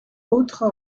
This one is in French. autre